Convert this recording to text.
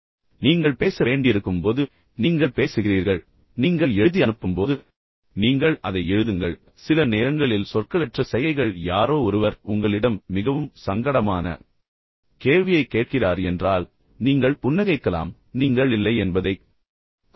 எனவே நீங்கள் பேச வேண்டியிருக்கும் போது நீங்கள் பேசுகிறீர்கள் நீங்கள் எதையாவது எழுதி நபருக்கு அனுப்பும்போது நீங்கள் அதை எழுதுங்கள் சில நேரங்களில் சொற்களற்ற சைகைகள் யாரோ ஒருவர் உங்களிடம் மிகவும் சங்கடமான கேள்வியைக் கேட்கிறார் என்றால் நீங்கள் புன்னகைக்கலாம் பின்னர் நீங்கள் இல்லை என்பதைக் குறிக்கலாம்